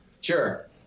Sure